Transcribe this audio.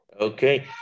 okay